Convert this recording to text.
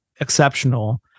exceptional